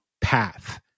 path